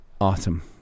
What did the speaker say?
autumn